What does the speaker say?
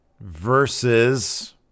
versus